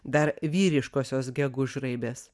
dar vyriškosios gegužraibės